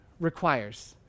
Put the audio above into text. requires